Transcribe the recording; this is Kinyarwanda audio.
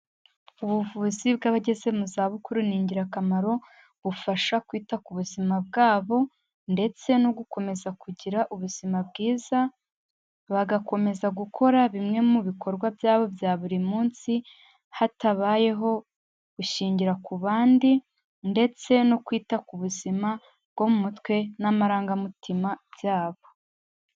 Ubuvuzi bw'abageze mu zabukuru ni ingirakamaro, bufasha kwita ku buzima bwabo ndetse no gukomeza kugira ubuzima bwiza, bagakomeza gukora bimwe mu bikorwa byabo bya buri munsi hatabayeho gushingira ku bandi ndetse no kwita ku buzima bwo mu mutwe n'amarangamutima byabo.